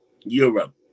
Europe